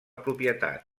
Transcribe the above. propietat